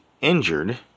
injured